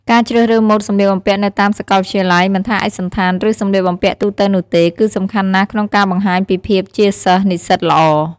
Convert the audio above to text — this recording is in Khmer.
ការជ្រើសរើសម៉ូដសម្លៀកបំពាក់នៅតាមសាកលវិទ្យាល័យ មិនថាឯកសណ្ឋាន ឬសម្លៀកបំពាក់ទូទៅនោះទេ គឺសំខាន់ណាស់ក្នុងការបង្ហាញពីភាពជាសិស្សនិស្សិតល្អ។